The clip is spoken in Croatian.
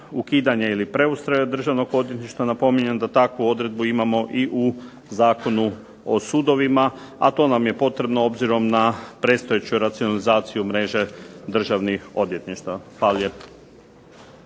ukidanja ili preustroja Državnog odvjetništva. Napominjem da takvu odredbu imamo i u Zakonu o sudovima, a to nam je potrebno obzirom na predstojeću racionalizaciju mreže državnih odvjetništava. Hvala